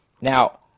Now